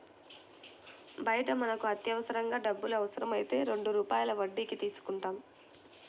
బయట మనకు అత్యవసరంగా డబ్బులు అవసరమైతే రెండు రూపాయల వడ్డీకి తీసుకుంటాం